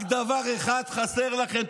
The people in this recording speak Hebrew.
רק דבר אחד חסר לכם.